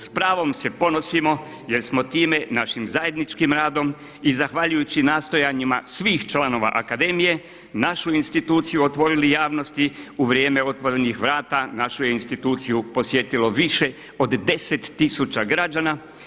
S pravom se ponosimo jer smo time našim zajedničkim radom i zahvaljujući nastojanjima svih članova akademije našu instituciju otvorili javnosti u vrijeme otvorenih vrata, našu je instituciju posvetilo više od 10 tisuća građana.